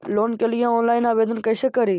Loan के लिये online आवेदन कैसे करि?